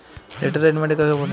Laterite মাটি কাকে বলে?